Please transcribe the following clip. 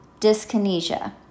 dyskinesia